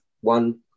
one